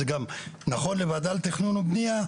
זה גם נכון לוועדה לתכנון ובנייה,